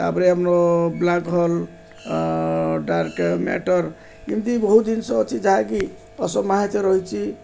ତା'ପରେ ଆମର black hole dark matter ଏମିତି ବହୁତ ଜିନିଷ ଅଛି ଯାହାକି ଅସମହାତ ରହିଛି